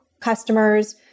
customers